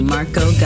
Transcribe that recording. Marco